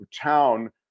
town